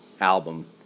album